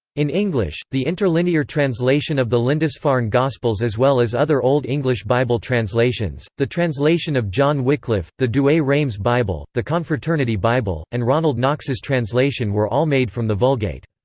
in english, the interlinear translation of the lindisfarne gospels as well as other old english bible translations, the translation of john wycliffe, the douay-rheims bible, the confraternity bible, and ronald knox's translation were all made from the vulgate.